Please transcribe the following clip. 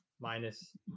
minus